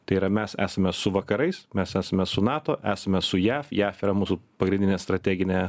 tai yra mes esame su vakarais mes esme su nato esame su jaf jaf yra mūsų pagrindinė strateginė